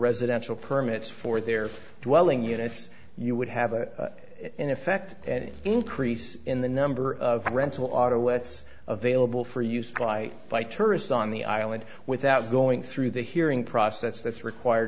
residential permits for their welling units you would have in effect an increase in the number of rental auto what's available for use by by tourists on the island without going through the hearing process that's required